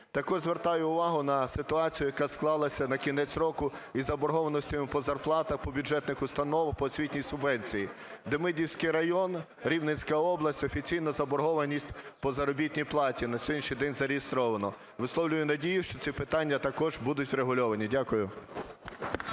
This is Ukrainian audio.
Так от, звертаю увагу на ситуацію, яка склалася на кінець року із заборгованостями по зарплатах, по бюджетним установам, по освітній субвенції: Демидівський район, Рівненська область офіційна заборгованість по заробітній платі на сьогоднішній день зареєстровано, висловлюю надію, що ці питання також будуть врегульовані. Дякую.